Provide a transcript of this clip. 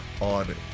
on